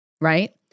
right